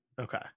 Okay